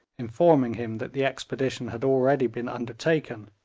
informing him that the expedition had already been undertaken,